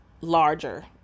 larger